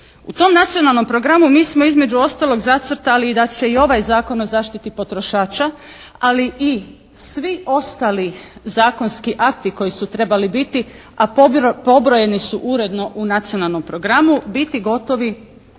U tom nacionalnom programu mi smo između ostalog zacrtali i da će ovaj Zakon o zaštiti potrošača ali i svi ostali zakonski akti koji su trebali biti, a pobrojani su uredno u nacionalnom programu biti gotovi tijekom